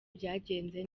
byagenze